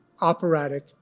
operatic